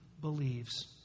believes